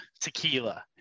tequila